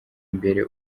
imbere